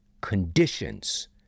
conditions